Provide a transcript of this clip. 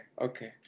Okay